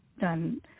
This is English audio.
done